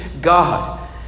God